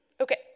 Okay